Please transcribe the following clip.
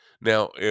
Now